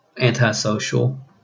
antisocial